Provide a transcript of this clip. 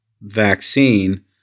vaccine